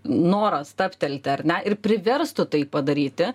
norą stabtelti ar ne ir priverstų tai padaryti